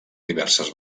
diverses